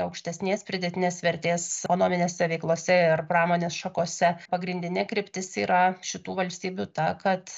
aukštesnės pridėtinės vertės ekonominėse veiklose ir pramonės šakose pagrindinė kryptis yra šitų valstybių ta kad